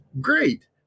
Great